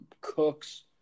Cooks